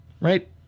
right